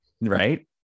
right